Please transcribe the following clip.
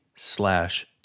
slash